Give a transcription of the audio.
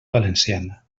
valenciana